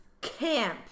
camp